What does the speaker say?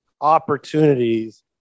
opportunities